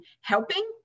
helping